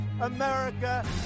America